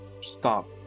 stop